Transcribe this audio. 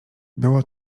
było